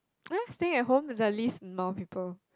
eh stay at home at least no people